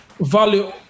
value